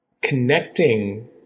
connecting